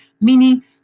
meaning